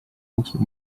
jooksul